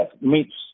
meets